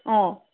ꯑꯥ